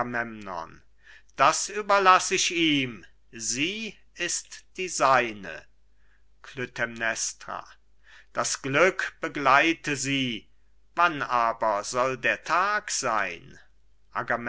das überlass ich ihm sie ist die seine klytämnestra das glück begleite sie wann aber soll der tag sein